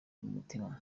mutima